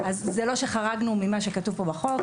זה לא שחרגנו ממה שכתוב כאן בחוק,